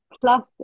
plus